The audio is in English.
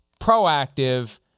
proactive